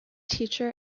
teacher